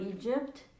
Egypt